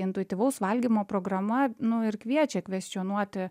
intuityvaus valgymo programa nu ir kviečia kveščionuoti